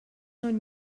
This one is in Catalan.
són